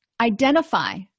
identify